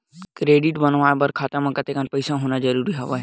Credit बनवाय बर खाता म कतेकन पईसा होना जरूरी हवय?